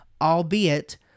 albeit